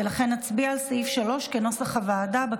ולכן נצביע בקריאה השנייה על סעיף 3 כנוסח הוועדה.